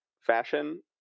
fashion